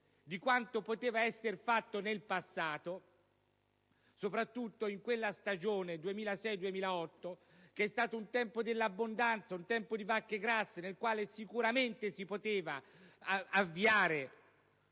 di quanto poteva esser fatto nel passato, soprattutto in quella stagione 2006-2008 che è stata un tempo dell'abbondanza, un tempo di vacche grasse, nel quale sicuramente si poteva avviare